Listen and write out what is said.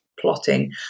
plotting